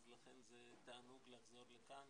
לכן זה תענוג לחזור לכאן